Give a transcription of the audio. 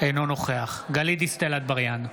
אינו נוכח גלית דיסטל אטבריאן,